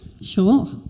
sure